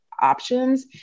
options